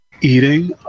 eating